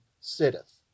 sitteth